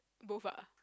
both ah